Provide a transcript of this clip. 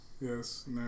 yes